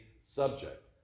subject